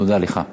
תודה לך.